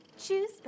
Choose